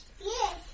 Yes